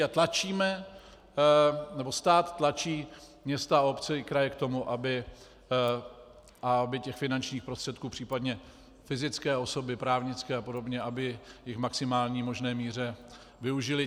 A tlačíme, nebo stát tlačí města a obce i kraje k tomu, aby těch finančních prostředků, případně fyzické osoby, právnické apod., aby jich v maximální možné míře využily.